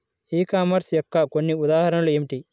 E commerce యొక్క కొన్ని ఉదాహరణలు ఏమిటి?